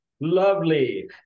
Lovely